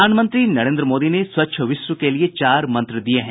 प्रधानमंत्री नरेन्द्र मोदी ने स्वच्छ विश्व के लिए चार मंत्र दिये हैं